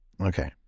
Okay